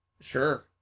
Sure